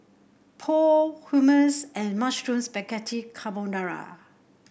Pho Hummus and Mushroom Spaghetti Carbonara